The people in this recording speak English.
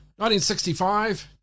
1965